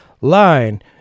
line